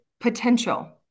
potential